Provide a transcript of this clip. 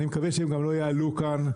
אני מקווה שהם גם לא יעלו כאן,